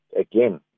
again